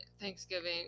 thanksgiving